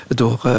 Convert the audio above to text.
door